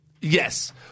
yes